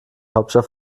hauptstadt